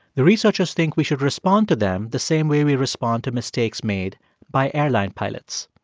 the researchers think we should respond to them the same way we respond to mistakes made by airline pilots.